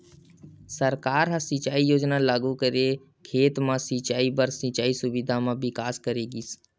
सरकार ह सिंचई योजना लागू करके खेत खार म सिंचई बर सिंचई सुबिधा म बिकास करे गिस